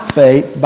faith